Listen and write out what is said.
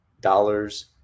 dollars